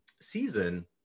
season